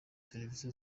serivisi